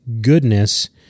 goodness